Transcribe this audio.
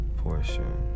portion